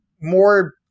more